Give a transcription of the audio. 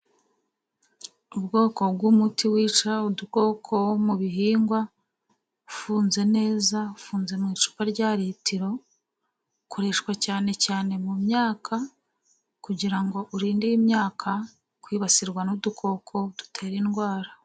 Ubwoko bw'umuti wica udukoko wo mu bihingwa ufunze neza ufunze mu icupa rya litiro. Ukoreshwa cyane cyane mu myaka kugirango urinde imyaka kwibasirwa n'udukoko dutera indwara.